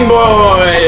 boy